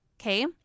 Okay